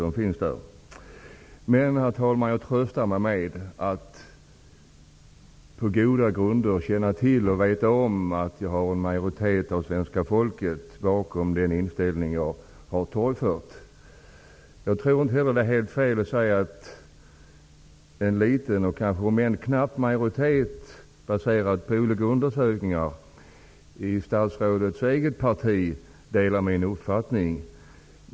Men, herr talman, jag tröstar mig med att jag vet att en majoritet av svenska folket står bakom den inställning jag har torgfört. Jag tror inte heller att det är helt fel att säga att en liten, om än knapp, majoritet i statsrådets eget parti enligt olika undersökningar delar min uppfattning.